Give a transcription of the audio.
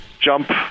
jump